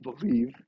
believe